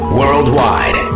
worldwide